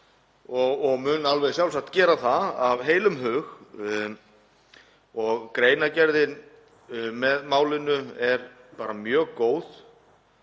og mun alveg sjálfsagt gera það af heilum hug. Greinargerðin með málinu er mjög góð.